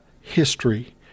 history